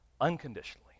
unconditionally